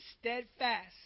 steadfast